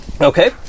Okay